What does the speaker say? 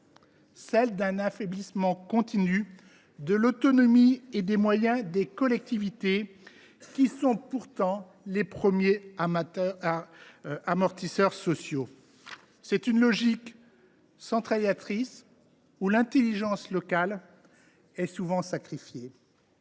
celle d’un affaiblissement continu de l’autonomie et des moyens des collectivités, qui sont pourtant les premiers amortisseurs sociaux. C’est une logique centralisatrice, par laquelle l’intelligence locale est souvent sacrifiée.